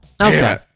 Okay